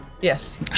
Yes